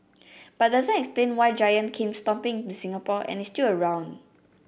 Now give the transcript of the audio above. but doesn't explain why Giant came stomping into Singapore and is still around